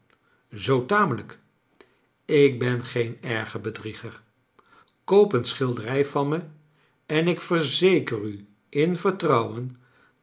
zoo tamelrjk ik ben geen erge bedrieger koop een schilderij van me en ik verzeker u in vertrouwen